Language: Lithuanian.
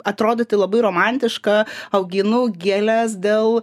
atrodyti labai romantiška auginu gėles dėl